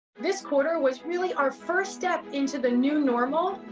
this quarter was really our first step into the new normal.